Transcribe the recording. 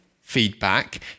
feedback